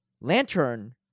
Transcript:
Lantern